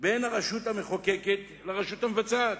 בין הרשות המחוקקת לרשות המבצעת.